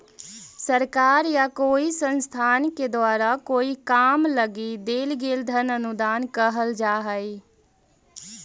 सरकार या कोई संस्थान के द्वारा कोई काम लगी देल गेल धन अनुदान कहल जा हई